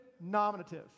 nominative